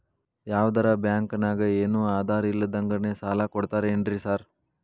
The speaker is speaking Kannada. ಯಾವದರಾ ಬ್ಯಾಂಕ್ ನಾಗ ಏನು ಆಧಾರ್ ಇಲ್ದಂಗನೆ ಸಾಲ ಕೊಡ್ತಾರೆನ್ರಿ ಸಾರ್?